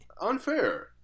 unfair